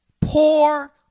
poor